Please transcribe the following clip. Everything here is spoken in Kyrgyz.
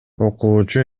окуучу